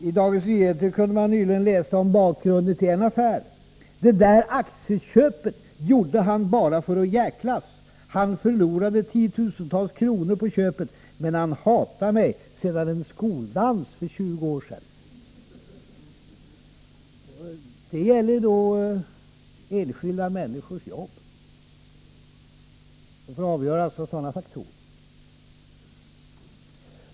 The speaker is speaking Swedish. I Dagens Nyheter kunde man nyligen läsa om bakgrunden till en affär: ”Det där aktieköpet gjorde han bara för att djäklas. Han förlorade tiotusentals kronor på köpet, men han hatar mig sedan en skoldans för 20 år sedan.” Det är då enskilda människors jobb som får avgöras av sådana faktorer.